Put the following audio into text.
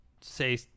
say